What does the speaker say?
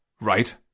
right